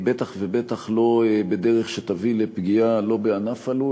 בטח ובטח לא בדרך שתביא לפגיעה לא בענף הלול,